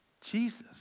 Jesus